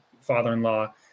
father-in-law